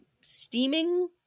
steaming